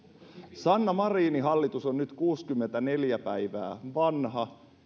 sanna marinin hallitus on nyt kuusikymmentäneljä päivää vanha